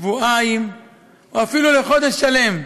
שבועיים או אפילו לחודש שלם,